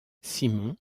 simon